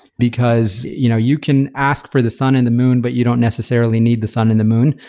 because you know you can ask for the sun and the moon, but you don't necessarily need the sun and the moon.